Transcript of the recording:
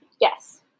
yes